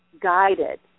guided